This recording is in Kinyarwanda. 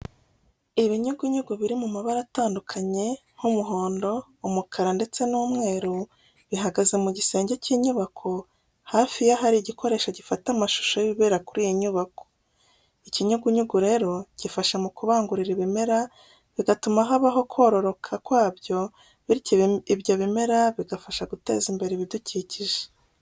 Ibinyugunyugu biri mu mabara atandukanye nk'umuhondo, umukara ndetse n'umweru bihagaze mu gisenge cy'inyubako hafi y'ahari igikoresho gifata amashusho y'ibibera kuri iyo nyubako. Ikinyugunyugu rero gifasha mu kubangurira ibimera bigatuma habaho kororoka kwabyo bityo ibyo bimera bigafasha guteza imbere ibidukikije.